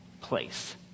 place